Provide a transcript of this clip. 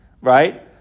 right